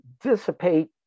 dissipate